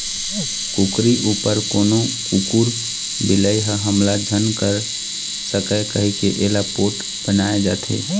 कुकरी उपर कोनो कुकुर, बिलई ह हमला झन कर सकय कहिके एला पोठ बनाए जाथे